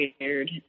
weird